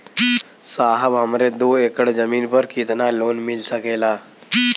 साहब हमरे दो एकड़ जमीन पर कितनालोन मिल सकेला?